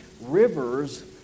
rivers